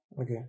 Okay